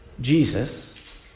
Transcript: Jesus